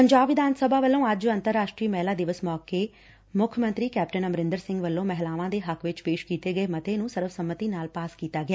ਪੰਜਾਬ ਵਿਧਾਨ ਸਭਾ ਵਲੋਂ ਅੱਜ ਅੰਤਰਰਾਸ਼ਟਰੀ ਮਹਿਲਾ ਦਿਵਸ ਮੌਕੇ ਮੁੱਖ ਮੰਤਰੀ ਕੈਪਟਨ ਅਮਰਿੰਦਰ ਸਿੰਘ ਵਲੋਂ ਮਹਿਲਾਵਾਂ ਦੇ ਹੱਕ ਵਿੱਚ ਪੇਸ਼ ਕੀਤੇ ਗਏ ਮਤੇ ਨੂੰ ਸਰਬਸੰਮਤੀ ਨਾਲ ਪਾਸ ਕੀਤਾ ਗਿਆ